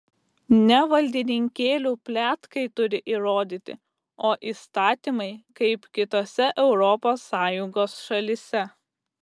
ne valdininkėlių pletkai turi įrodyti o įstatymai kaip kitose europos sąjungos šalyse